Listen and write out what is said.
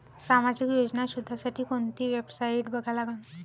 सामाजिक योजना शोधासाठी कोंती वेबसाईट बघा लागन?